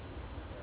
ya